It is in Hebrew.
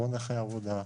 כמו נכי עבודה,